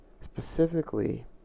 Specifically